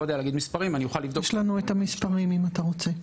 יש לנו את המספרים אם אתה רוצה.